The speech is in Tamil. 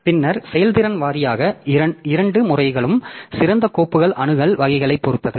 பின்னர் செயல்திறன் வாரியாக இரண்டு முறைகளும் சிறந்த கோப்பு அணுகல் வகைகளைப் பொறுத்தது